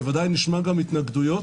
ובוודאי נשמע גם התנגדויות,